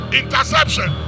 interception